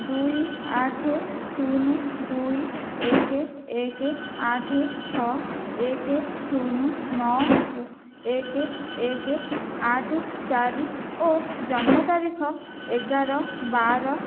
ଦୁଇ ଆଠେ ଶୂନ ଦୁଇ ଏକ ଏକ ଆଠ ଛଅ ଏକ ଶୂନ ନଅ ଏକ ଏକ ଆଠ ଚାରି ଓ ଜନ୍ମ ତାରିଖ ଏଗାର ବାର